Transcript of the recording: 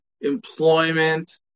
employment